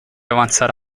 avanzare